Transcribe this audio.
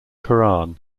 quran